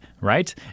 right